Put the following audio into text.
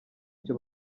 cyo